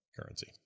currency